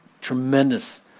tremendous